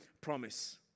promise